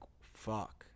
fuck